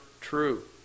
true